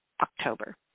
October